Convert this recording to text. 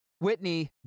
Whitney